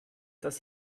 das